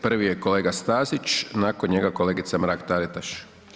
Prvi je kolega Stazić, nakon njega kolegica Mrak-Taritaš.